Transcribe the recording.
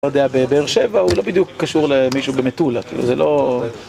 לא יודע, בבאר שבע הוא לא בדיוק קשור למישהו במטולה, זה לא...